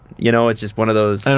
you know it's just one of those, and